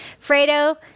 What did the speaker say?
Fredo